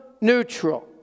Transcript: neutral